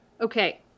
Okay